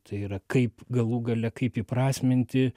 tai yra kaip galų gale kaip įprasminti